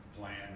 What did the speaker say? plan